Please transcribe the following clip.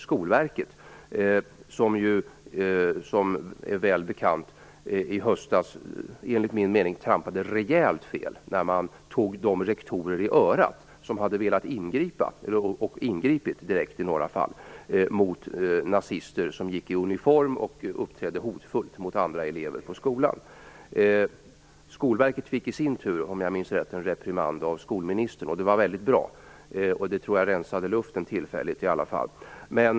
Skolverket - det är väl allmänt bekant - trampade i höstas enligt min mening rejält fel när man tog de rektorer i örat som hade velat ingripa och som i några fall hade ingripit direkt mot nazister som gick i uniform och uppträdde hotfullt mot andra elever på skolan. Skolverket fick i sin tur om jag minns rätt en reprimand av skolministern. Det var väldigt bra, och jag tror att det rensade luften tillfälligt i alla fall.